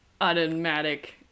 automatic